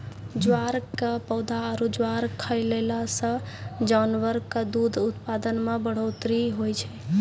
ज्वार के पौधा आरो ज्वार खिलैला सॅ जानवर के दूध उत्पादन मॅ बढ़ोतरी होय छै